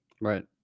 Right